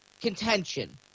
contention